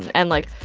and like,